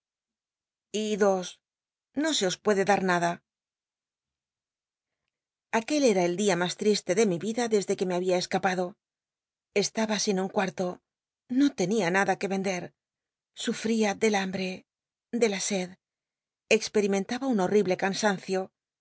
idos no se os puede dar nada aquel era el dia mas triste de mi vida desde que me había escapado estaba sin un cuarto no tenia nada que y ender sufría del hambre de la sed experimentaba un horrible c